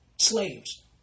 slaves